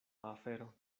afero